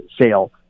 sale